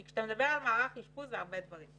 כי כשאתה מדבר על מערך אשפוז זה הרבה דברים.